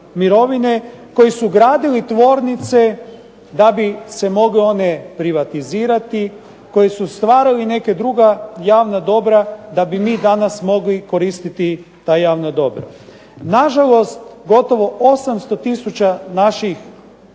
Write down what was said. mirovine, koji su gradili tvornice da bi se mogle one privatizirati, koji su stvarali neka druga javna dobra da bi mi danas mogli koristiti ta javna dobra. Na žalost, gotovo 80000 naših